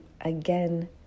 again